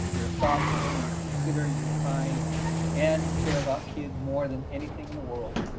you're thoughtful, you're considerate, you're kind and you care about kids more than anything in the world.